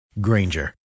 Granger